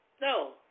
No